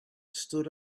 stood